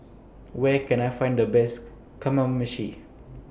Where Can I Find The Best Kamameshi